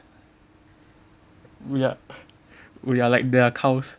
we are like their cows